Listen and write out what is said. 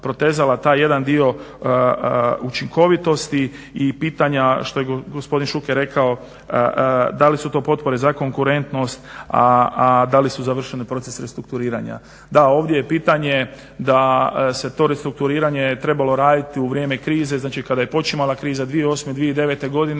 taj jedan dio učinkovitosti i pitanja što je gospodin Šuker rekao da li su to potpore za konkurentnost, da li su završile proces restrukturiranja. Da, ovdje je pitanje da se to restrukturiranje trebalo raditi u vrijeme krize, znači kada je počimala kriza 2008., 2009. godine